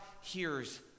hears